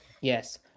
yes